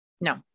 No